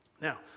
Now